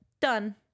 done